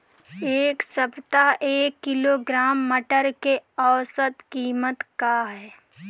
एक सप्ताह एक किलोग्राम मटर के औसत कीमत का ह?